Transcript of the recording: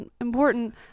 important